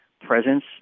presence